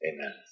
Amen